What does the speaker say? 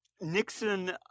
Nixon